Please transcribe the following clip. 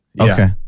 okay